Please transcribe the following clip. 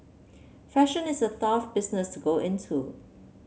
fashion is a tough business go into